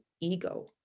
ego